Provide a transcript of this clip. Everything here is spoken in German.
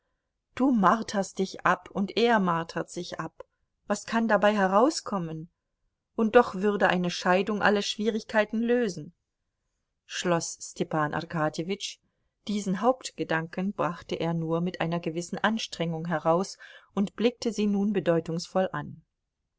du marterst dich ab und er martert sich ab was kann dabei herauskommen und doch würde eine scheidung alle schwierigkeiten lösen schloß stepan arkadjewitsch diesen hauptgedanken brachte er nur mit einer gewissen anstrengung heraus und blickte sie nun bedeutungsvoll an